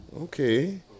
Okay